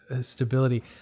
Stability